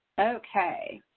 okay,